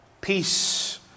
Peace